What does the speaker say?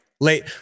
late